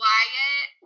Wyatt